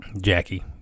Jackie